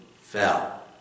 fell